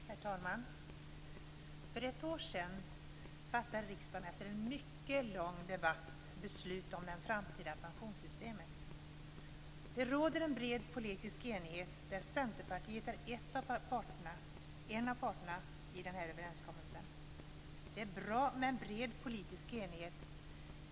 Herr talman! För ett år sedan fattade riksdagen efter en mycket lång debatt beslut om det framtida pensionssystemet. Det råder en bred politisk enighet, där Centerpartiet är en av parterna i överenskommelsen. Det är bra med en bred politisk enighet.